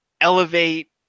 elevate